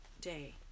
day